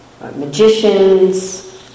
magicians